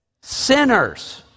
Sinners